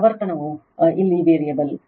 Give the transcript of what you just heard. ಆವರ್ತನವು ಇಲ್ಲಿ ವೇರಿಯಬಲ್